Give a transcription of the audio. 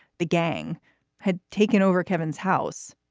the gang had taken over kevin's house,